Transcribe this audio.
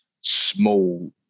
small